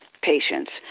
patients